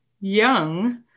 Young